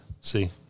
See